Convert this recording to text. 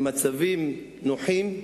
במצבים נוחים,